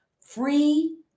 Free